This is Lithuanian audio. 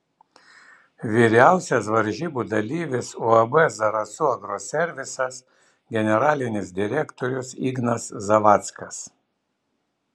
vyriausias varžybų dalyvis uab zarasų agroservisas generalinis direktorius ignas zavackas